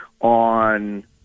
on